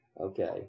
Okay